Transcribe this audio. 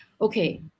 Okay